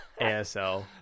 ASL